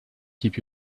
keep